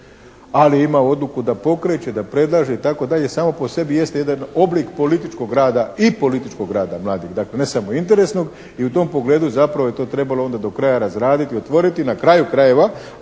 ali ima odluku da pokreće, da predlaže itd. samo po sebi jeste jedan oblik političkog rada, i političkog rada mladih, dakle ne samo interesnog. I u pogledu zapravo je to trebalo onda do kraja razraditi, otvoriti na kraju krajeva.